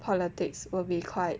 politics will be quite